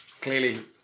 Clearly